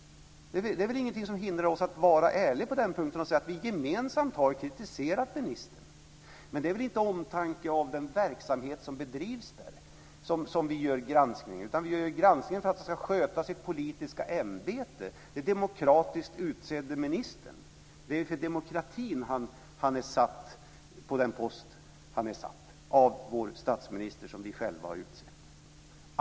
Det finns väl ingenting som hindrar oss att vara ärliga på den punkten och säga att vi gemensamt har kritiserat ministern. Men det är väl inte av omtanke om den verksamhet som bedrivs som vi gör granskningen, utan vi gör granskningen för att den demokratiskt utsedde ministern ska sköta sitt politiska ämbete. Det är för demokratin han är satt på den post där han är satt, av vår statsminister som vi själva har utsett.